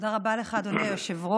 תודה רבה לך, אדוני היושב-ראש.